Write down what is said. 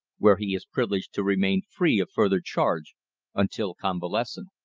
where he is privileged to remain free of further charge until convalescent.